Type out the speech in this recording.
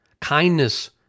kindness